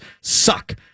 suck